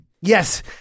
Yes